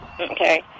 Okay